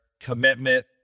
commitment